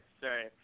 sorry